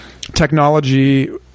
technology